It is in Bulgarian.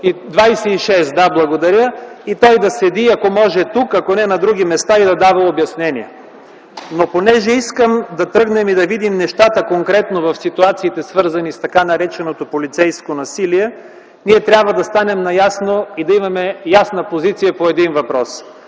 шест, да. Благодаря. И той да седи, ако може тук, ако не – на други места, и да дава обяснения. Понеже искам да тръгнем и да видим нещата конкретно в ситуациите, свързани с така нареченото полицейско насилие, трябва да си изясним напълно и да имаме позиция по един въпрос: